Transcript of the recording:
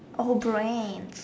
oh brain